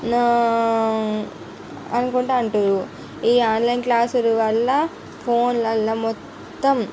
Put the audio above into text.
నా అనుకుంటా అంటున్నారు ఈ ఆన్లైన్ క్లాసులు వల్ల ఫోన్లల్ల మొత్తం